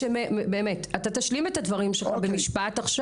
אתה תשלים את דבריך במשפט,